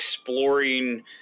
exploring